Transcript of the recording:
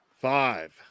five